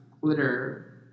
glitter